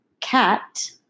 cat